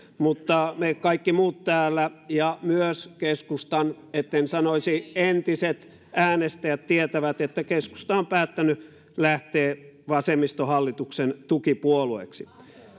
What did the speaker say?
mutta me kaikki muut täällä ja myös keskustan etten sanoisi entiset äänestäjät tietävät että keskusta on päättänyt lähteä vasemmistohallituksen tukipuolueeksi